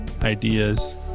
ideas